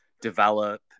develop